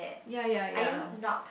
ya ya ya